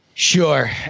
Sure